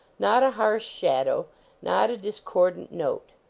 not a harsh shadow not a discord ant note.